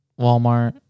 Walmart